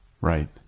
Right